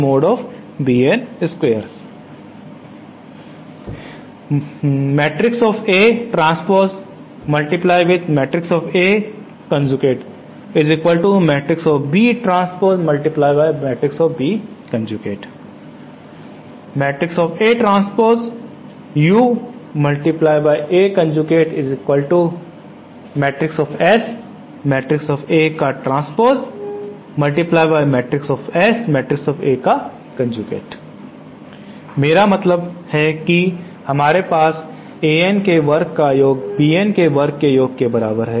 मेरा मतलब है कि हमारे पास An के वर्क का योग Bn के वर्क के योग के बराबर है